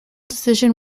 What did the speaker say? decision